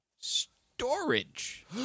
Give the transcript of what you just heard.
Storage